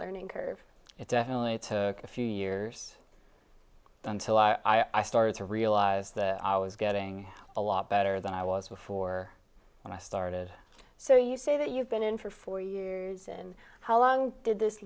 learning curve it definitely took a few years until i started to realize that i was getting a lot better than i was before i started so you say that you've been in for four years and how long did this